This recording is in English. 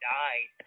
died